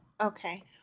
okay